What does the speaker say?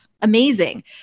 Amazing